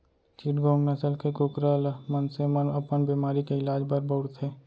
चिटगोंग नसल के कुकरा ल मनसे मन अपन बेमारी के इलाज बर बउरथे